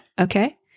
Okay